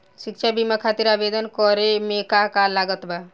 शिक्षा बीमा खातिर आवेदन करे म का का लागत बा?